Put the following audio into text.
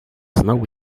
snowy